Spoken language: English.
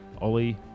Oli